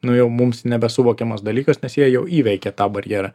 nu jau mums nebesuvokiamas dalykas nes jie jau įveikė tą barjerą